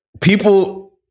People